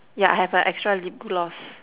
yeah I have a extra lip gloss